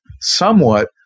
somewhat